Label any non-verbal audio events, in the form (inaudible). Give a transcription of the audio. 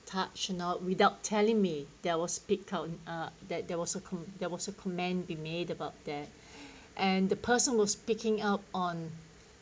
touch not without telling me there was picked out and uh that there was a there was a comment be made about that (breath) and the person was picking out on